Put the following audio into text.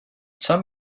some